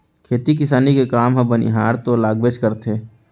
खेती किसानी के काम म बनिहार तो लागबेच करथे